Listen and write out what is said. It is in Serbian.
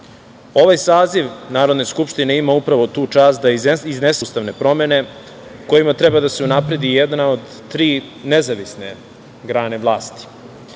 Ovaj saziv Narodne skupštine ima upravo tu čast da iznese ustavne promene kojima treba da se unapredi jedna od tri nezavisne grane vlasti.